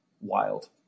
wild